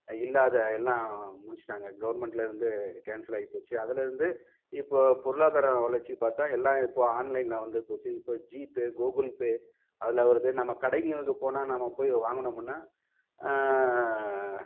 இல்லாத எல்லாம் முடிச்சுட்டாங்க கவர்மெண்ட்டில் வந்து கேன்சல் ஆயிப்போச்சு அதுலேருந்து இப்போது பொருளாதாரம் வளர்ச்சி பார்த்தா எல்லாம் இப்போ ஆன்லைனில் வந்துபோச்சு இப்போ ஜிபே கூகுள் பே அதில் வருது நாம் கடைகளுக்கு போனால் நாம் போய் வாங்கினோமுனா